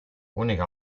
unica